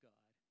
God